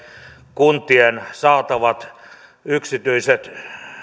kuntien saatavat yksityiset